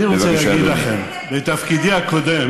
אני רוצה להגיד לכם, בתפקידי הקודם